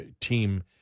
team